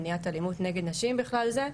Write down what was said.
מניעת אלימות נגד נשים בכלל זה,